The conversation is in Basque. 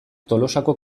tolosako